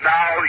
Now